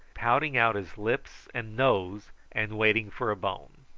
pouting out his lips and nose and waiting for a bone.